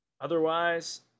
Otherwise